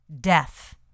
death